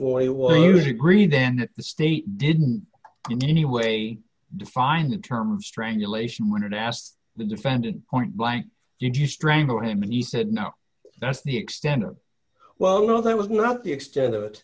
war usually greed then the state didn't in any way define the term strangulation when asked the defendant point blank did you strangle him and he said no that's the extent of well no that was not the extent of it